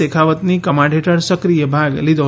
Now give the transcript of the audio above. શેખાવતની command હેઠળ સક્રિય ભાગ લીધો